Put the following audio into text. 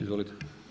Izvolite.